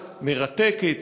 מרתקת,